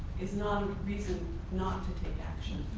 is not a reason not to take action.